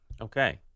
Okay